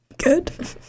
good